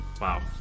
wow